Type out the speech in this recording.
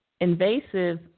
invasive